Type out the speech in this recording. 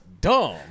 dumb